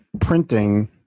printing